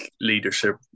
leadership